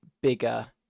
bigger